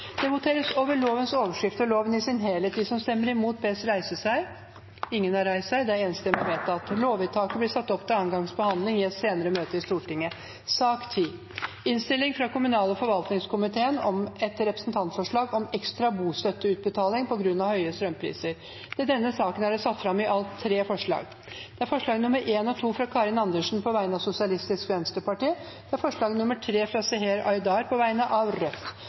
Det voteres over XXIII, XXX, XLII og XLIV. Samtlige partier har varslet støtte. Det voteres over L. Høyre, Fremskrittspartiet, Venstre og Kristelig Folkeparti har varslet at de vil stemme imot. Det voteres over lovens overskrift og loven i sin helhet. Lovvedtaket vil bli ført opp til andre gangs behandling i et senere møte i Stortinget. Under debatten er det satt fram alt i tre forslag. Det er forslagene nr. 1 og 2, fra Karin Andersen på vegne av Sosialistisk Venstreparti forslag nr. 3, fra Seher Aydar på vegne av Rødt